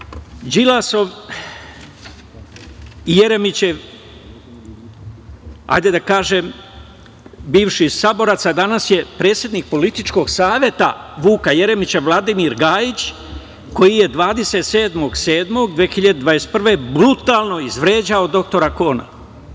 Đilasov i Jeremićev, hajde da kažem, bivši saborac, a danas je predsednik političkog saveta Vuka Jeremića, Vladimir Gajić koji je 27. jula 2021. godine brutalno izvređao dr Kona.